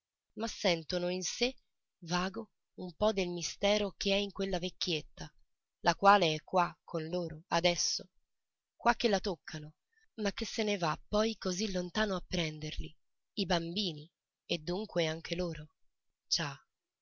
ma sentono in sé vago un po del mistero che è in quella vecchietta la quale è qua con loro adesso qua che la toccano ma che se ne va poi così lontano a prenderli i bambini e dunque anche loro già